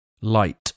light